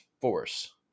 force